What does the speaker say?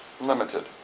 limited